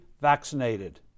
vaccinated